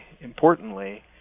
importantly